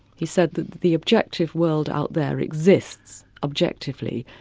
he said that the objective world out there exists, objectively,